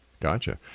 Gotcha